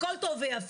הכול טוב ויפה,